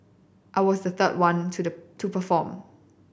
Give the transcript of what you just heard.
I was the third one to the to perform